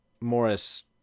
Morris